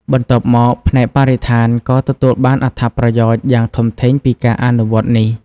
បន្ទាប់មក ផ្នែកបរិស្ថាន ក៏ទទួលបានអត្ថប្រយោជន៍យ៉ាងធំធេងពីការអនុវត្តន៍នេះ។